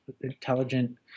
intelligent